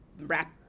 wrap